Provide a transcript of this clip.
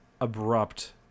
abrupt